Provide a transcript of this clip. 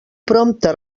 prompte